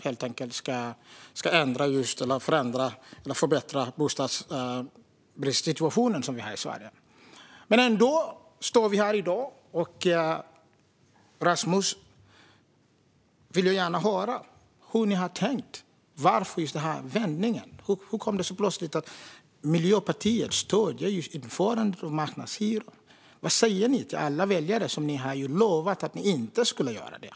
Det är inte det som ska förbättra situationen när det gäller den bostadsbrist som vi har i Sverige. Ändå står vi här i dag. Jag vill gärna höra hur ni har tänkt, Rasmus. Varför denna vändning? Hur kommer det sig att Miljöpartiet plötsligt stöder införandet av marknadshyror? Vad säger ni till alla väljare som ni har lovat att inte göra detta?